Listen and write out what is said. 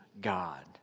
God